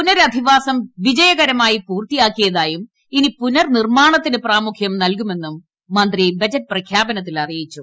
പുനരധിവാസം വിജയകരമായി പൂർത്തിയാക്കിയതായും ഇനി പുനർ നിർമ്മാണത്തിന് പ്രാമുഖ്യം നൽകുമെന്നും മന്ത്രി ബജറ്റ് പ്രഖ്യാപനത്തിൽ അറിയിച്ചു